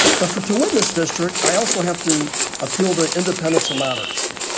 but for to win this district, i also have to appeal to independents and moderates,